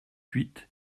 huit